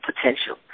potential